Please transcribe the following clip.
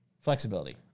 flexibility